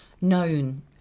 known